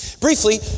Briefly